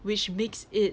which makes it